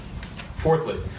Fourthly